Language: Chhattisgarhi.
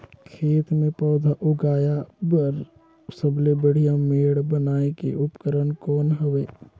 खेत मे पौधा उगाया बर सबले बढ़िया मेड़ बनाय के उपकरण कौन हवे?